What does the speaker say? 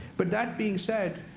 but that being said,